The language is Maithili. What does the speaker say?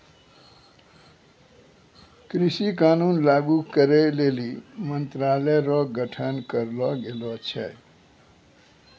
कृषि कानून लागू करै लेली मंत्रालय रो गठन करलो गेलो छै